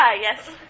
yes